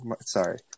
Sorry